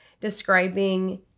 describing